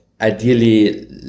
ideally